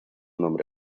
nombre